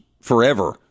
forever